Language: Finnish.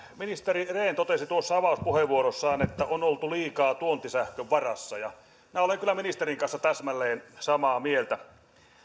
ministeri rehn totesi tuossa avauspuheenvuorossaan että on oltu liikaa tuontisähkön varassa ja minä olen kyllä ministerin kanssa täsmälleen samaa mieltä